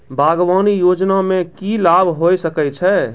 बागवानी योजना मे की लाभ होय सके छै?